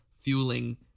fueling